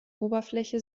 oberfläche